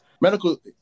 medical